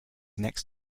next